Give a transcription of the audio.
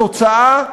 התוצאה,